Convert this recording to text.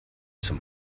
zum